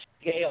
scale